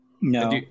No